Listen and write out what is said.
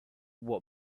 what